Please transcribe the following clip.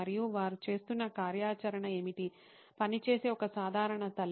మరియు వారు చేస్తున్నకార్యాచరణ ఏమిటి పని చేసే ఒక సాధారణ తల్లి